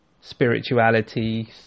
Spirituality